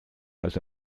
also